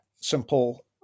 simple